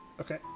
Okay